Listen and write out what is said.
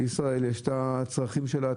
לישראל יש את הצרכים שלה,